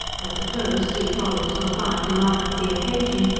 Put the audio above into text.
at the close three vollies were fired in honour of the occasion,